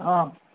हँ